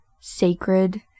sacred